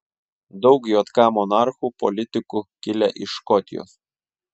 daug jk monarchų politikų kilę iš škotijos